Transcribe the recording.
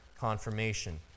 confirmation